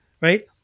right